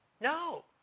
No